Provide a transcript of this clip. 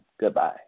Goodbye